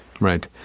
Right